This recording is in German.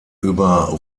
über